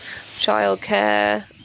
childcare